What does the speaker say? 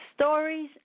stories